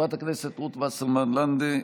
חברת הכנסת רות וסרמן לנדה,